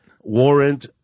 Warrant